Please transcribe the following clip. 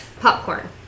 popcorn